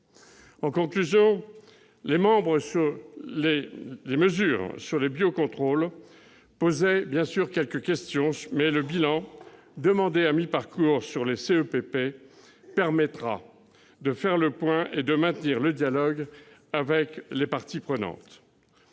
même nature. Les mesures sur le biocontrôle posaient question, mais le bilan demandé à mi-parcours sur les CEPP permettra de faire le point et de maintenir le dialogue avec les parties prenantes.